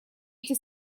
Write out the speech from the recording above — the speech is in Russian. эти